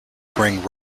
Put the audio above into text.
bring